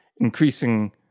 increasing